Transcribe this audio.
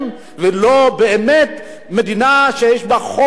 ולא באמת מדינה שיש בה חופש,